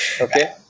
Okay